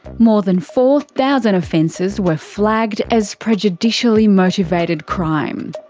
more than four thousand offences were flagged as prejudicially motivated crime.